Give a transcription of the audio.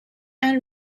and